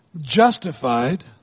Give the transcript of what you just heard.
justified